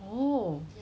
oh